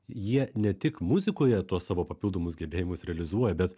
jie ne tik muzikoje tuos savo papildomus gebėjimus realizuoja bet